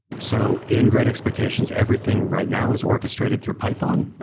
so in great expectations, everything right now is orchestrated through python. but